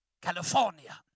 California